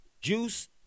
Juice